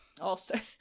All-Star